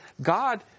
God